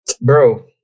Bro